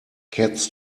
cats